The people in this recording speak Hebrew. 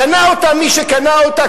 קנה אותה מי שקנה אותה,